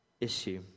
issue